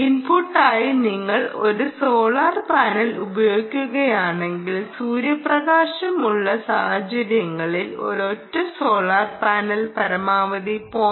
ഇൻപുട്ടായി നിങ്ങൾ ഒരു സോളാർ പാനൽ ഉപയോഗിക്കുകയാണെങ്കിൽ സൂര്യപ്രകാശo ഉള്ള സാഹചര്യങ്ങളിൽ ഒരൊറ്റ സോളാർ പാനൽ പരമാവധി 0